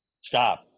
Stop